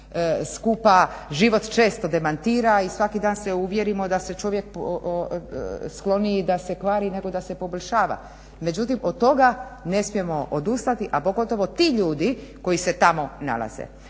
život često demantira i svaki dan se uvjerimo da se čovjek skloni i da se kvari nego da se poboljšava. Međutim od toga ne smijemo odustati, a pogotovo ti ljudi koji se tamo nalaze.